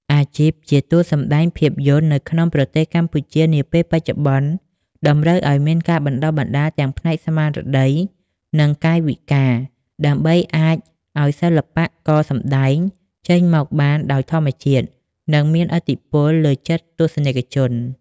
អាជីពជាតួសម្ដែងភាពយន្តនៅក្នុងប្រទេសកម្ពុជានាពេលបច្ចុប្បន្ន តម្រូវឱ្យមានការបណ្ដុះបណ្ដាលទាំងផ្នែកស្មារតី និងកាយវិការ ដើម្បីអាចឱ្យសិល្បករសម្ដែងចេញមកបានដោយធម្មជាតិ និងមានឥទ្ធិពលលើចិត្តទស្សនិកជន។